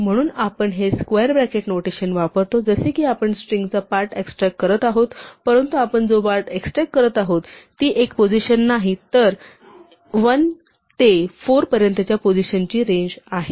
म्हणून आपण हे स्क्वेअर ब्रॅकेट नोटेशन वापरतो जसे की आपण स्ट्रिंगचा पार्ट एक्सट्रॅक्ट करत आहोत परंतु आपण जो पार्ट एक्सट्रॅक्ट करत आहोत ती एकच पोझिशन नाही तर 1 ते 4 पर्यंतच्या पोझिशनची रेंज आहे